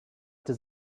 does